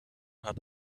hat